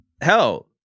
hell